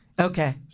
Okay